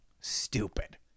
stupid